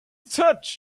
touch